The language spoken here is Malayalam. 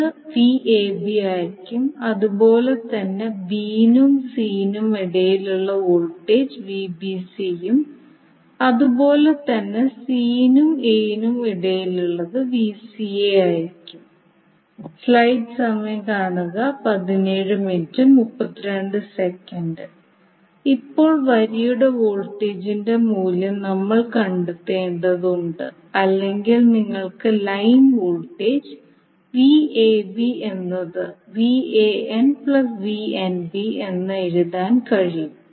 ഇത് Vab ആയിരിക്കും അതുപോലെ തന്നെ b നും c നും ഇടയിലുള്ള വോൾട്ടേജ് Vbc ഉം അതുപോലെ തന്നെ c നും a നും ഇടയിലുള്ള ആയിരിക്കും ഇപ്പോൾ വരിയുടെ വോൾട്ടേജിന്റെ മൂല്യം നമ്മൾ കണ്ടെത്തേണ്ടതുണ്ട് അല്ലെങ്കിൽ നിങ്ങൾക്ക് ലൈൻ വോൾട്ടേജ് VAB എന്നത് VAN VNB എന്ന് എഴുതാൻ കഴിയും